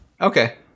Okay